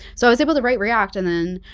so, i was able to write react and then